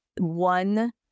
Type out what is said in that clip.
one